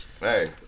Hey